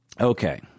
Okay